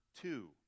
two